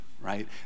right